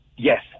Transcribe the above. Yes